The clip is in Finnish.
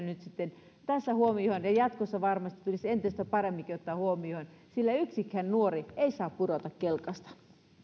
nyt sitten tässä huomioon ja jatkossa varmasti tulisi entistä paremminkin ottaa huomioon sillä yksikään nuori ei saa pudota kelkasta